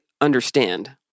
understand